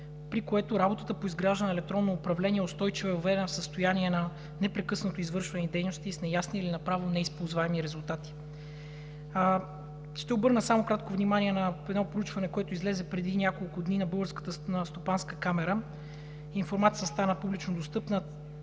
при което работата по изграждане на електронно управление е устойчива и въведена в състояние на непрекъснато извършвани дейности с неясни или направо неизползваеми резултати. Ще обърна само кратко внимание на едно проучване, което излезе преди няколко дни – на Българската стопанска камара. Информацията стана публично достъпна.